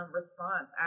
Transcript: response